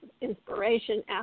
inspiration